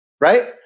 right